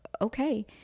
okay